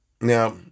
Now